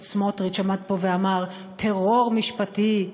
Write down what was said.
סמוטריץ עמד פה ואמר: טרור משפטי,